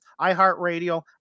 iHeartRadio